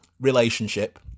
relationship